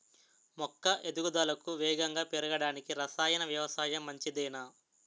మొక్క ఎదుగుదలకు వేగంగా పెరగడానికి, రసాయన వ్యవసాయం మంచిదేనా?